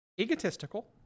egotistical